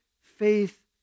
faith